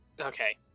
Okay